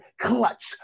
Clutch